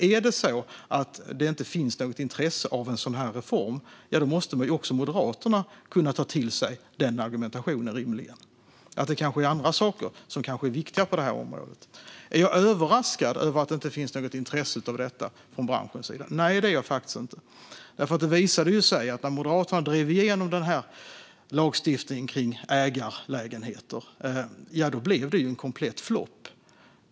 Är det så att det inte finns något intresse för en sådan här reform, ja, då måste rimligen också Moderaterna kunna ta till sig argumentationen att det kanske är andra saker på det här området som är viktigare. Är jag överraskad över att det inte finns något intresse för detta från branschens sida? Nej, det är jag faktiskt inte. Det visade sig ju när Moderaterna drev igenom lagstiftning om ägarlägenheter att det blev en komplett flopp.